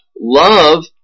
love